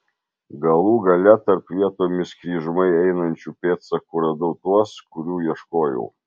galų gale tarp vietomis kryžmai einančių pėdsakų radau tuos kurių ieškojau